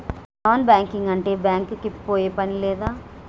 Non banking అంటే bank కి పోయే పని లేదా?